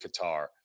Qatar